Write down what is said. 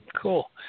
cool